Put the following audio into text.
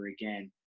again